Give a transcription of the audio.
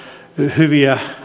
hyviä